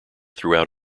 throughout